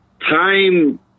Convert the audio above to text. time